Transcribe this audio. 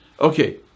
Okay